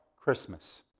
Christmas